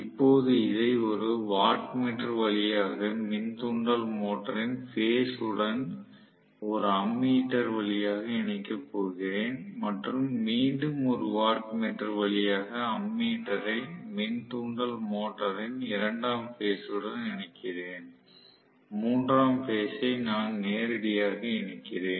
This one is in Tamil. இப்போது இதை ஒரு வாட் மீட்டர் வழியாக மின் தூண்டல் மோட்டரின் பேஸ் உடன் ஒரு அம்மீட்டர் கொண்டு இணைக்கப் போகிறேன் மற்றும் மீண்டும் ஒரு வாட் மீட்டர் வழியாக அம்மீட்டரை மின் தூண்டல் மோட்டரின் இரண்டாம் பேஸ் உடன் இணைக்கிறேன் மூன்றாம் பேஸ் ஐ நான் நேரடியாக இணைக்கிறேன்